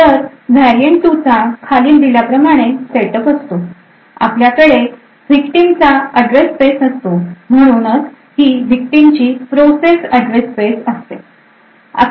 तर variant 2 चा खाली दिल्याप्रमाणे Setup असतो आपल्याकडे victim चा address space असतो म्हणूनच ही victimची प्रोसेस एड्रेस स्पेस असते